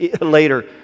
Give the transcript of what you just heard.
later